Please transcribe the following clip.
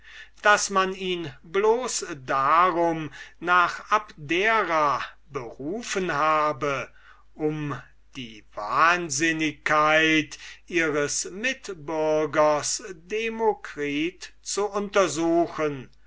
daß man ihn bloß darum nach abdera berufen habe um die wahnsinnigkeit ihres mitbürgers demokritus zu untersuchen